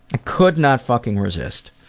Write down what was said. i could not fucking resist.